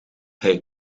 hij